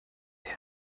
der